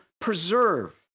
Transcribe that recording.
preserve